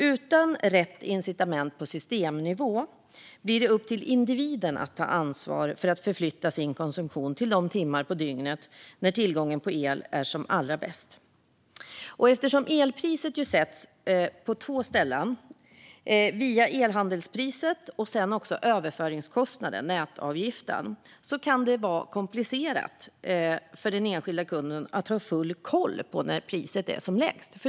Utan rätt incitament på systemnivå blir det upp till individen att ta ansvar för att förflytta sin konsumtion till de timmar på dygnet när tillgången på el är som allra bäst. Eftersom elpriset ju sätts på två ställen, via elhandelspriset och sedan också via överföringskostnaden, nätavgiften, kan det vara komplicerat för den enskilda kunden att ha full koll på när priset är som lägst.